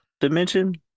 Dimension